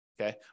okay